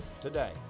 today